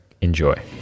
Enjoy